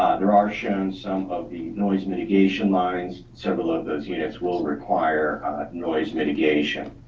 there are shown some of the noise mitigation lines, several of those units will require noise mitigation.